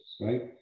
right